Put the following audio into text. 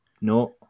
no